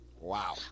wow